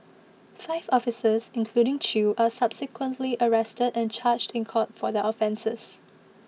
five officers including Chew are subsequently arrested and charged in court for their offences